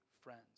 friends